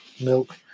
milk